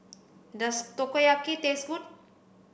does Takoyaki taste good